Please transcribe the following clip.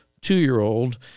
two-year-old